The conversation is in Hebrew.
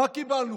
מה קיבלנו?